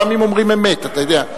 הם לפעמים אומרים אמת, אתה יודע.